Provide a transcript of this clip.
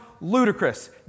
ludicrous